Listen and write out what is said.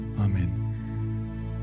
Amen